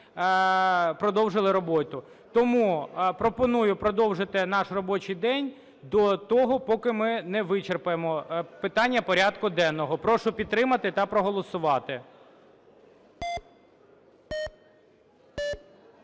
продовжили роботу. Тому пропоную продовжити наш робочий день до того, поки ми не вичерпаємо питання порядку денного. Прошу підтримати та проголосувати.